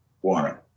one